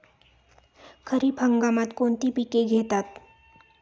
खरीप हंगामात कोणती पिके घेतात?